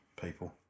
people